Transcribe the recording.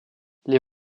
les